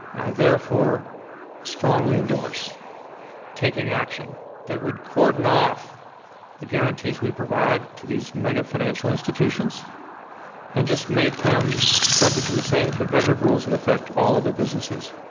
i therefore strongly endorse taking action that would cordon off the guarantees we provide to these mega financial institutions and just make them subject to the same competitive rules that affect all other businesses.